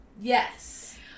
Yes